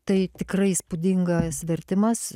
tai tikrai įspūdingas vertimas